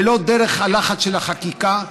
ולא דרך הלחץ של החקיקה,